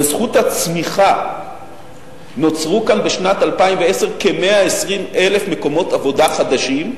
בזכות הצמיחה נוצרו כאן בשנת 2010 כ-120,000 מקומות עבודה חדשים,